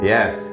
Yes